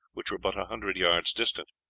which were but a hundred yards distant.